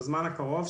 בזמן הקרוב,